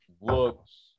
looks